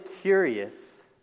curious